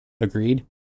Agreed